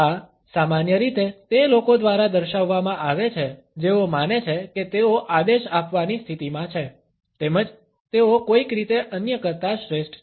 આ સામાન્ય રીતે તે લોકો દ્વારા દર્શાવવામાં આવે છે જેઓ માને છે કે તેઓ આદેશ આપવાની સ્થિતિમાં છે તેમજ તેઓ કોઈક રીતે અન્ય કરતા શ્રેષ્ઠ છે